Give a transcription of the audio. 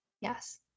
yes